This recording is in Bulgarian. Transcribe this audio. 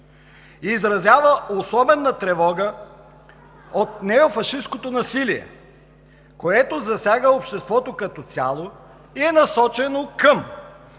„Изразява особена тревога от неофашисткото насилие, което засяга обществото като цяло и е насочено към“